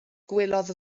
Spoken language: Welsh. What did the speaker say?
gwelodd